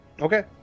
Okay